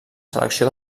selecció